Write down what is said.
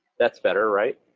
that's better, right?